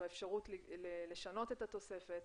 באפשרות לשנות את התוספת.